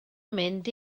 mynd